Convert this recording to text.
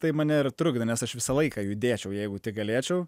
tai mane ir trukdo nes aš visą laiką judėčiau jeigu tik galėčiau